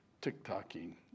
tick-tocking